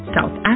South